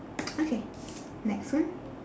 okay next one